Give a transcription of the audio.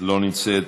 לא נמצאת.